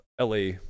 LA